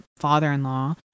father-in-law